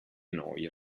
noia